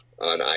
on